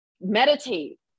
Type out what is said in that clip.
meditate